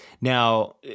Now